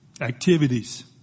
activities